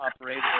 operator